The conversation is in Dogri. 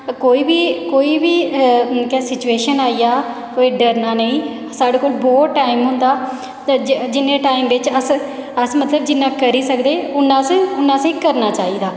कोई बी कोई बी एह् के सिचुएशन आई ज कोई डरना नेईं साढ़े कोल बहुत टाइम होंदा ते जिन्ने टाइम बिच अस्स अस मतलब जिन्ना करी सकदे उन्ना अस्स उन्ना असेंगी करना चाई'दा